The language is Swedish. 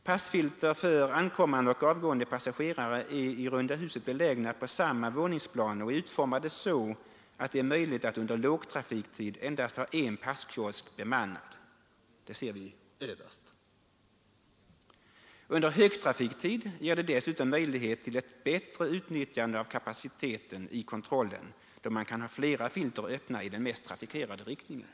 Passfilter för ankommande och avgående passagerare är i runda huset belägna på samma våningsplan och är utformade så att det är möjligt att under lågtrafiktid endast ha en passkiosk bemannad. Under högtrafiktid ges dessutom möjlighet till ett bättre utnyttjande av kapaciteten i kontrollen, då man kan ha flera filter öppna i den mest trafikerade riktningen.